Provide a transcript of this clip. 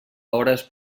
hores